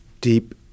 deep